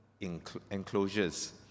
enclosures